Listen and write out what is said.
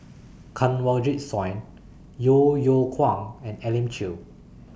Kanwaljit Soin Yeo Yeow Kwang and Elim Chew